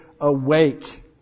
awake